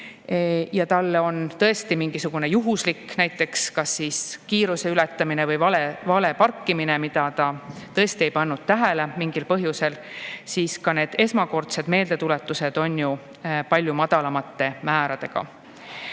on juhtunud tõesti mingisugune juhuslik kiiruse ületamine või vale parkimine, mida ta tõesti ei pannud tähele mingil põhjusel, siis need esmakordsed meeldetuletused on ju palju madalamate määradega. Kui